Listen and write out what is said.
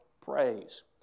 praise